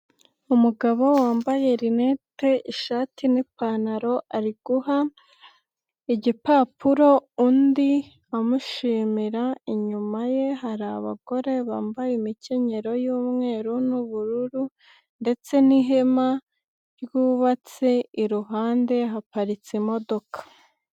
Umugabo wambaye linete, ishati n'ipantaro ari guha igipapuro undi amushimira, inyuma ye hari abagore bambaye imikenyero y'umweru n'ubururu ndetse n'ihema ryubatse iruhande haparitse imodoka.